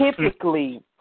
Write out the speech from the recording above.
typically